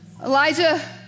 Elijah